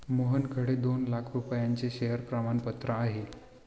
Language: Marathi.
मोहनकडे दोन लाख रुपयांचे शेअर प्रमाणपत्र आहे